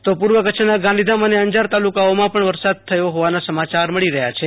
તો પૂર્વ કચ્છના ગાંધીધામ અને અંજાર તાલુકાઓમાં પણ વરસાદ થયો હોવાના સમાચાર મળી રહયા છે